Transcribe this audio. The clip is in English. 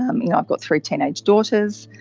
um you know i've got three teenage daughters.